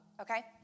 okay